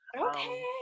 okay